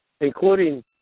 including